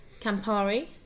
Campari